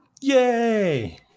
Yay